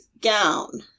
gown